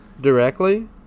directly